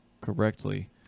correctly